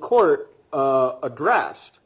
court a grassed